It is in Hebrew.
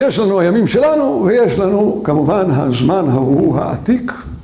יש לנו הימים שלנו, ויש לנו כמובן הזמן ההוא העתיק.